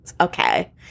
Okay